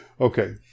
Okay